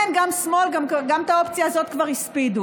כן, גם שמאל, גם את האופציה הזאת כבר הספידו.